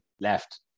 left